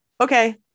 Okay